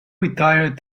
retire